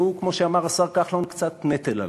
והוא, כמו שאמר השר כחלון, קצת נטל עלי.